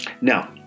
Now